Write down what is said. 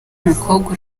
umukobwa